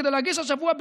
כדי להגיש השבוע,